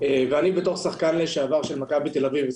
אני בתור שחקן לשעבר של מכבי תל אביב,